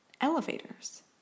elevators